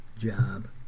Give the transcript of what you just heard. job